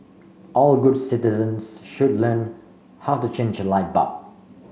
all good citizens should learn how to change a light bulb